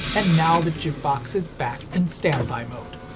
and now the jukebox is back in standby mode.